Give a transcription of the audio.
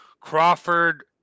Crawford